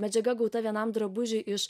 medžiaga gauta vienam drabužiui iš